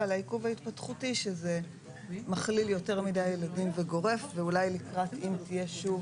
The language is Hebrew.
ועל העיכוב ההתפתחותי שזה מכליל יותר מדי ילדים וגורף ואולי אם תהיה שוב